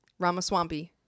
Ramaswampy